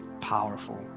powerful